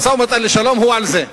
המשא-ומתן לשלום הוא על זה,